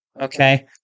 Okay